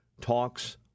talks